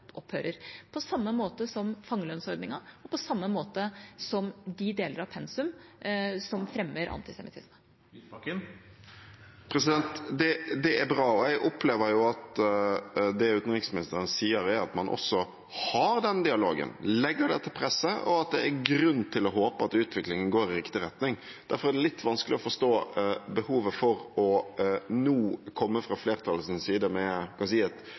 opphører, på samme måte som fangelønnsordningen og på samme måte som de delene av pensum som fremmer antisemittisme. Det er bra, og jeg opplever at det utenriksministeren sier, er at man også har den dialogen, legger dette presset, og at det er grunn til å håpe at utviklingen går i riktig retning. Derfor er det litt vanskelig å forstå flertallets behov for nå å komme